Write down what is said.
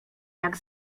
jak